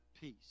peace